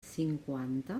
cinquanta